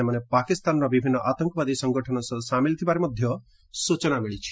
ସେମାନେ ପାକିସ୍ତାନର ବିଭିନ୍ନ ଆତଙ୍କବାଦୀ ସଂଗଠନ ସହ ସାମିଲ ଥିବା ଜଣାପଡିଛି